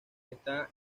está